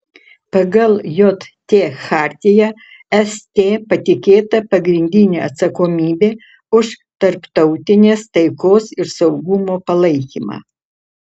pagal jt chartiją st patikėta pagrindinė atsakomybė už tarptautinės taikos ir saugumo palaikymą